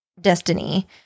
destiny